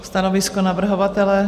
Stanovisko navrhovatele?